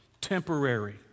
temporary